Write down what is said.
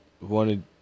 wanted